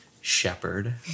shepherd